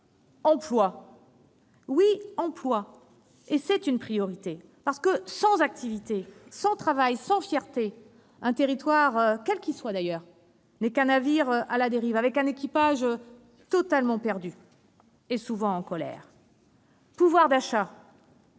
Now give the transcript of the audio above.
l'emploi. Oui, l'emploi est une priorité parce que, sans activité, sans travail, sans fierté, un territoire, quel qu'il soit d'ailleurs, n'est qu'un navire à la dérive avec un équipage totalement perdu, et souvent en colère. Il y a le pouvoir d'achat,